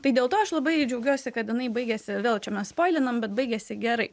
tai dėl to aš labai džiaugiuosi kad jinai baigiasi vėl čia mes spoilinam bet baigiasi gerai